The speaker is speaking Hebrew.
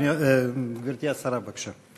גברתי השרה, בבקשה.